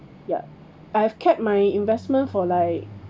ya I've kept my investment for like